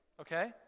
okay